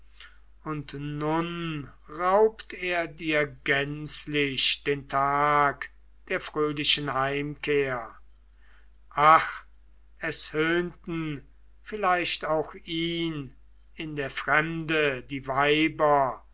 und nun raubt er dir gänzlich den tag der fröhlichen heimkehr ach es höhnten vielleicht auch ihn in der fremde die weiber